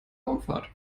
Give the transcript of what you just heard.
raumfahrt